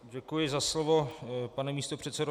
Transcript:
Děkuji za slovo, pane místopředsedo.